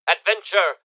Adventure